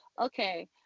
okay